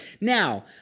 Now